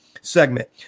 segment